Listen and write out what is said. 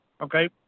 okay